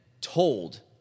told